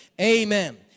Amen